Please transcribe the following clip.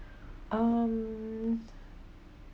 um